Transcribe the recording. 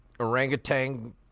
orangutan